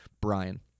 Brian